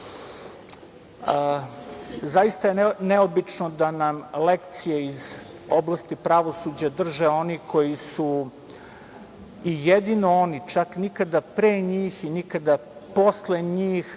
je neobično da nam lekcije iz oblasti pravosuđa drže oni koji su, i jedino oni, čak nikada pre njih i nikada posle njih